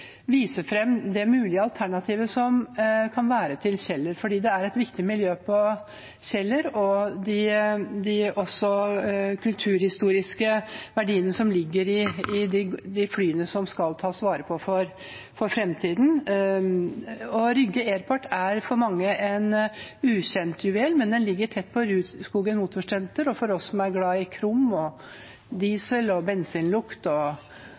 det mulige alternativet som kan være til Kjeller, for det er et viktig miljø på Kjeller, også i de kulturhistoriske verdiene som ligger i de flyene som skal tas vare på for framtiden. Rakkestad Airport er for mange en ukjent juvel, men den ligger tett på Rudskogen Motorsenter, og for oss som er glad i krom, diesel, bensinlukt og nikkel, og